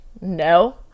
no